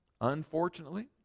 Unfortunately